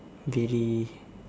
daily